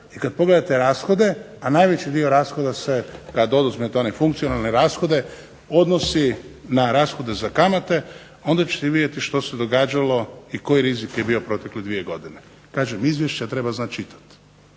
i kad pogledate rashode, a najveći dio rashoda se kad oduzmete one funkcionalne rashode odnosi na rashode za kamate onda ćete vidjeti što se događalo i koji rizik je bio protekle dvije godine. Kažem, izvješća treba znati čitati.